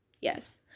yes